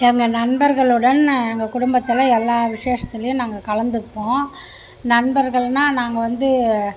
எங்கள் நண்பர்களுடன் எங்கள் குடும்பத்தில் எல்லா விசேஷத்துலேயும் நாங்கள் கலந்துப்போம் நண்பர்கள்ன்னால் நாங்கள் வந்து